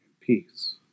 peace